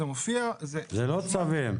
זה לא צווים.